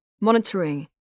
monitoring